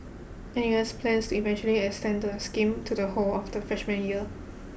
N U S plans to eventually extend the scheme to the whole of the freshman year